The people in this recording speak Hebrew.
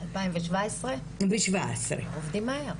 2017, עובדים מהר.